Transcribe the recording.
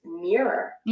mirror